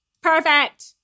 Perfect